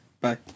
Bye